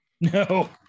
No